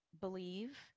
believe